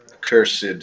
Cursed